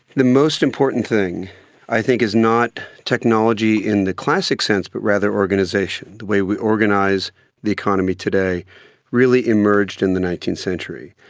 the most important thing i think is not technology in the classic sense but rather organisation, the way we organise the economy today really emerged in the nineteenth century.